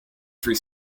for